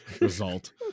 Result